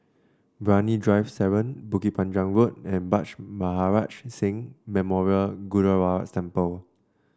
Brani Drive seven Bukit Panjang Road and Bhai Maharaj Singh Memorial Gurdwara Temple